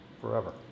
forever